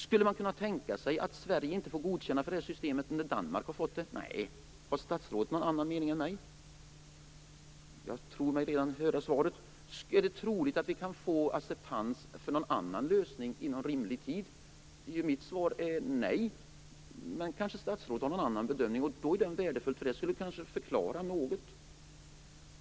Skulle man kunna tänka sig att Sverige inte får godkännande för det här systemet när Danmark har fått det? Svaret är: nej. Har statsrådet någon annan mening än jag? Jag tror mig redan höra svaret. Är det troligt att vi kan få acceptans för någon annan lösning inom rimlig tid? Mitt svar är: nej. Men statsrådet har kanske någon annan bedömning. Då är det värdefullt att höra den. Den skulle kanske förklara något.